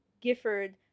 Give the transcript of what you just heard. Gifford